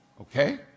Okay